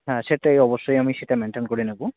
হ্যাঁ সেটাই অবশ্যই আমি সেটা মেনটেন করে নেব